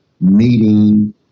meeting